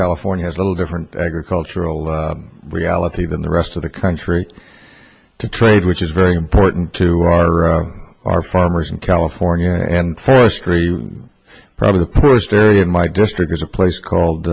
california is a little different agricultural reality than the rest of the country to trade which is very important to our our farmers in california and forestry probably the poorest area in my district is a place called